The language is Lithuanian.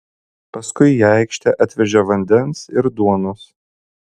paskui į aikštę atvežė vandens ir duonos